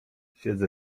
siedzę